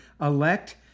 elect